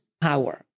power